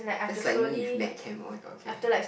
just like me with mad cam